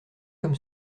comme